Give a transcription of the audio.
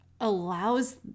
allows